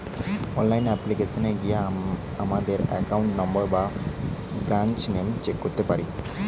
online অ্যাপ্লিকেশানে গিয়া আমাদের একাউন্ট নম্বর, ব্রাঞ্চ নাম চেক করতে পারি